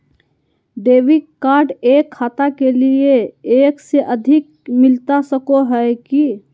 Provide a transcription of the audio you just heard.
Debit card एक खाता के लिए एक से अधिक मिलता सको है की?